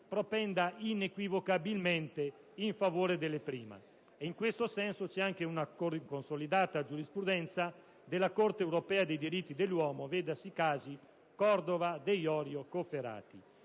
propenda inequivocabilmente in favore delle prime. In questo senso, c'è anche una consolidata giurisprudenza della Corte europea dei diritti dell'uomo (si vedano i casi Cordova, De Jorio, Cofferati).